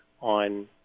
on